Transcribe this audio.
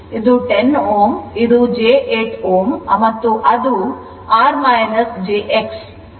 ಅದು 10 Ω ಇದು j8 Ω ಮತ್ತು ಅದು r r j X